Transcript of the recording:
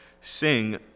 Sing